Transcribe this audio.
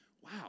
wow